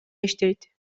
иштейт